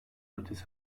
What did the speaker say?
ötesi